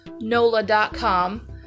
NOLA.com